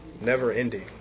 never-ending